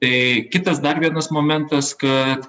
tai kitas dar vienas momentas kad